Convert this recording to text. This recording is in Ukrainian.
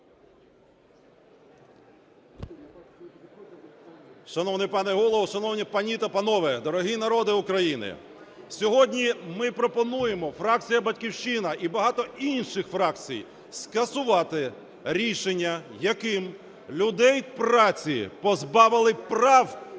Шановний пане Голово! Шановні пані та панове! Дорогий народе України! Сьогодні ми пропонуємо, фракція "Батьківщина" і багато інших фракцій, скасувати рішення, яким людей праці позбавили прав